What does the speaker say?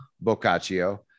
Boccaccio